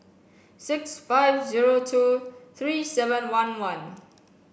six five zero two three seven one one